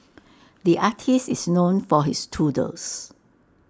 the artist is known for his doodles